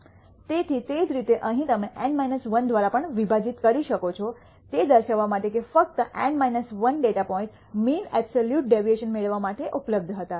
તેથી તે જ રીતે અહીં તમે N 1 દ્વારા પણ વિભાજીત કરી શકો છો તે દર્શાવવા માટે કે ફક્ત N 1 data point mean absolute deviation મેળવવા માટે ઉપલબ્ધ હતા